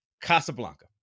casablanca